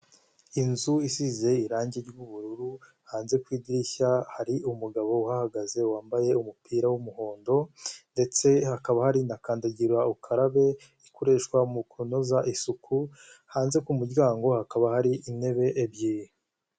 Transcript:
Inzu isize irangi ry'ubururu hanze ku idirishya hari umugabo uhahagaze wambaye umupira w'umuhondo ndetse hakaba hari kandagira ukarabe ikoreshwa mu kunoza isuku hanze ku muryango hakaba hari intebe ebyiri.